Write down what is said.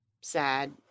sad